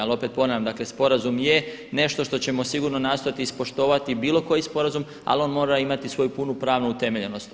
Ali opet ponavljam, dakle sporazum je nešto što ćemo sigurno nastojati ispoštovati bilo koji sporazum, ali on mora imati svoju punu pravnu utemeljenost.